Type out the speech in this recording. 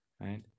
right